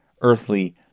earthly